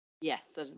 yes